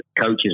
coaches